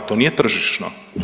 To nije tržišno.